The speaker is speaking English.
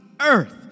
earth